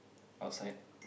outside